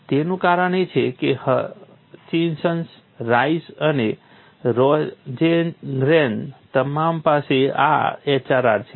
તેનું કારણ એ છે કે હચિન્સન રાઈસ અને રોઝેન્ગ્રેન તમામ પાસે આ HRR છે